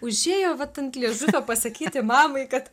užėjo vat ant liežuvio pasakyti mamai kad